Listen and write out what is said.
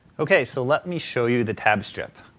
ok, so let me show you the tab strip.